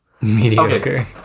mediocre